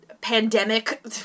Pandemic